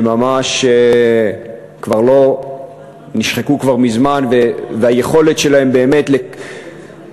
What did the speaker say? שממש נשחקו כבר מזמן והיכולת שלהם לגרום